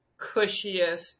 cushiest